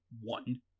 one